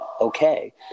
Okay